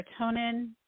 serotonin